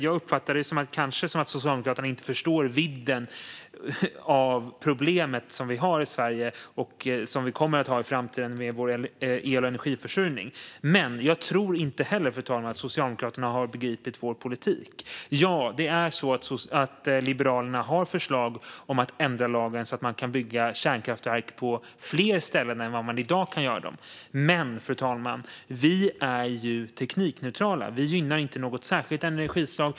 Jag uppfattar det som att Socialdemokraterna inte förstår vidden av det problem vi har och kommer att ha i Sverige i framtiden med vår el och energiförsörjning. Jag tror heller inte att Socialdemokraterna har begripit vår politik. Ja, Liberalerna har förslag om att ändra lagen så att man kan bygga kärnkraftverk på fler ställen än i dag. Men vi är teknikneutrala och gynnar inte något särskilt energislag.